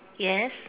yes